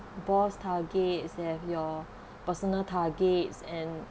boss' targets and your personal targets and